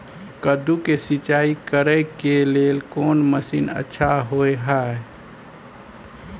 कद्दू के सिंचाई करे के लेल कोन मसीन अच्छा होय है?